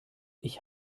ich